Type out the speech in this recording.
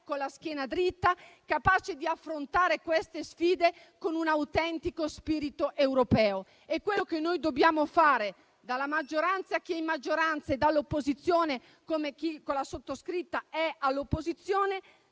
con la schiena dritta, capace di affrontare queste sfide con un autentico spirito europeo e quello che dobbiamo realizzare - dalla maggioranza chi è in maggioranza e dall'opposizione chi, come la sottoscritta, è all'opposizione